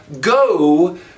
go